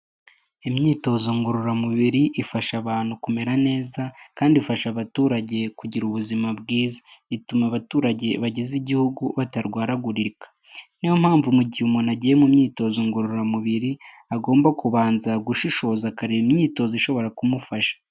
Imyitozo ngororamubiri ifasha abantu kumera neza kandi ifasha abaturage kugira ubuzima bwiza. Ituma abaturage bageza Igihugu batarwaragurika, ni yo mpamvu mu gihe umuntu agiye mu myitozo ngororamubiri agomba kubanza gushishoza, akareba imyitozo ishobora kumufasha.